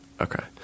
Okay